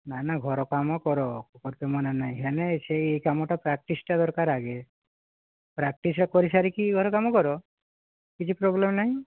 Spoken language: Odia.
ନା ନା ଘର କାମ କର ବର୍ତ୍ତମାନ ନାହିଁ ହେନେ ସେଇ କାମଟା ପ୍ରାକ୍ଟିସଟା ଦରକାର ଆଗେ ପ୍ରାକ୍ଟିସଟା କରି ସାରିକି ଘରକାମ କର କିଛି ପ୍ରୋବ୍ଲେମ୍ ନାହିଁ